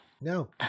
No